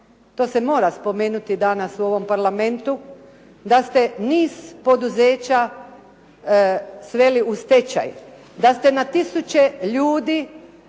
to se mora spomenuti danas u ovom parlamentu, da ste niz poduzeća sveli u stečaj, da ste na tisuće ljudi